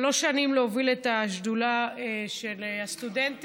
שלוש שנים להוביל את השדולה של הסטודנטים,